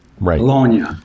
Bologna